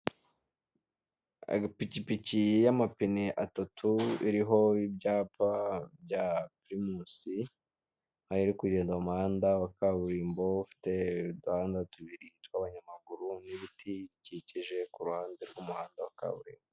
Ipikipiki y'amapine atatu iriho ibyapa bya pirimusi ikaba iri kugenda mu muhanda wa kaburimbo ufite uduhanda tubiri tw'abanyamaguru n'ibiti bikikije ku ruhande rw'umuhanda wa kaburimbo.